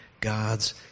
God's